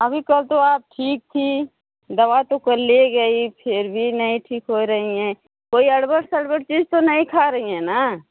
अभी तक तो आप ठीक थी दवा तो ले गई फिर भी नहीं ठीक हो रहीं हैं कोई अड़बड़ शड़बड़ चीज तो नहीं खा रही है न